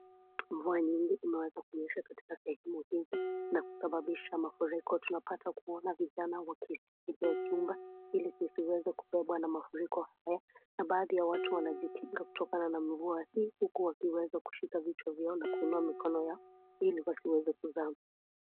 Mvua nyingi umeweza kunyesha katika sehemu hizi na kusababisha mafuriko. Tunapata kuona vijana wakijikinga Ili isiweze kubebwa na mafuriko haya na baadhi ya watu wanajikinga kutokana na mvua hii huku wameweza kushika vichwa vyao na kuinua mikono yao ili wasiweze kuzama.